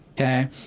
Okay